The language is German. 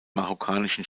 marokkanischen